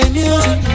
music